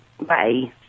Bye